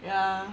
ya